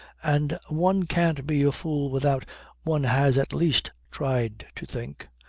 and one can't be a fool without one has at least tried to think.